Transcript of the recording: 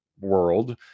world